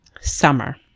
summer